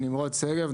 נמרוד שגב,